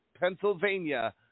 Pennsylvania